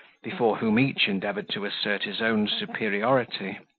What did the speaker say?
before whom each endeavoured to assert his own superiority.